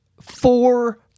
four